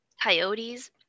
coyotes